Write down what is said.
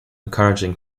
encouraging